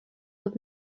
aux